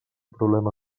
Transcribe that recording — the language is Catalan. problema